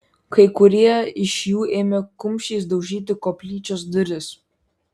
kai kurie iš jų ėmė kumščiais daužyti koplyčios duris